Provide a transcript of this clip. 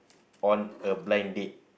on a blind date